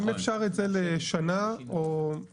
אם אפשר את זה לשנה, אז זה --- שנתיים,